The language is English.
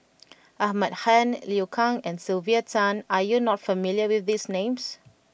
Ahmad Khan Liu Kang and Sylvia Tan are you not familiar with these names